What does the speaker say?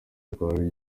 rwaje